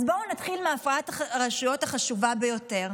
אז בואו נתחיל מהפרדת הרשויות החשובה ביותר,